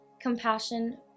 compassion